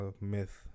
Myth